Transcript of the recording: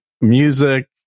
music